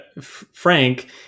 Frank